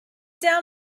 down